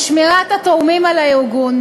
האם הפטור הזה הוא אכן פטור מתיעוד?